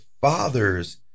fathers